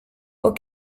aux